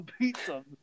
pizza